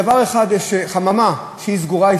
בדבר אחד יש חממה שהיא סגורה,